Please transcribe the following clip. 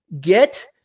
Get